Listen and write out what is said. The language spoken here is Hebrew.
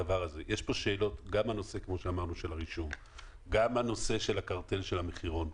של הרישום, בנושא של הקרטל של המחירון?